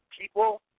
people